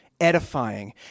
Edifying